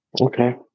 okay